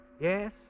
Yes